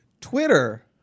Twitter